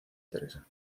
teresa